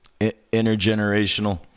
intergenerational